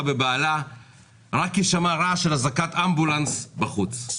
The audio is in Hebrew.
בבהלה רק כי שמע רעש של זעקת אמבולנס בחוץ.